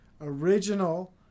original